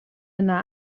yna